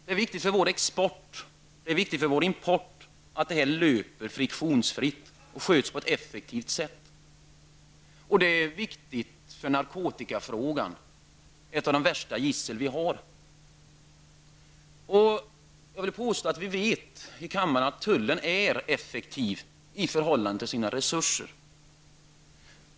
Det är viktigt för vår export och det är viktigt för vår import att det arbetet löper friktionsfritt och sköts på ett effektivt sätt. Det är viktigt för att vi skall klara narkotikaproblemet, ett av de värsta gissel vi har. Jag vill påstå att vi här i kammaren vet att tullen är effektiv i förhållande till sina resurser.